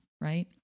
right